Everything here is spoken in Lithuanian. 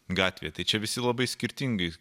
gatvėj čia visi labai skirtingai